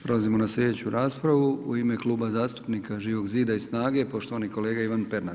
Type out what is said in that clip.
Prelazimo na sljedeću raspravu, u ime Kluba zastupnika Živog zida i SNAGA-e poštovani kolega Ivan Pernar.